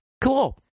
cool